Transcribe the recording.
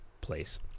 place